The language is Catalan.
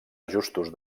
ajustos